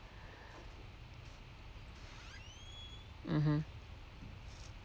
mmhmm